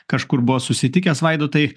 kažkur buvo susitikęs vaidotai